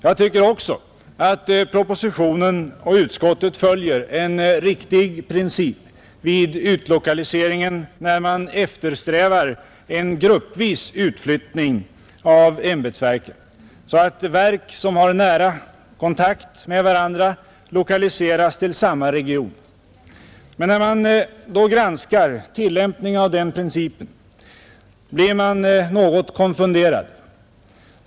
Jag tycker också att propositionen och utskottet följer en riktig princip vid utlokaliseringen, när man eftersträvar en utflyttning gruppvis av ämbetsverken, så att verk som har nära kontakter med varandra lokaliseras till samma region. Men när man då granskar tillämpningen av denna principdeklaration blir man något konfunderad.